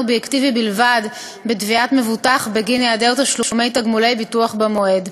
אובייקטיבי בלבד בתביעת מבוטח בגין היעדר תשלומי תגמולי ביטוח במועד.